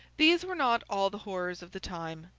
these were not all the horrors of the time.